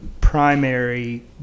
primary